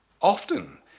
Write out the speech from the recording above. Often